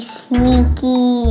sneaky